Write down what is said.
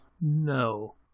No